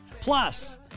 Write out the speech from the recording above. Plus